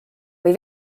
või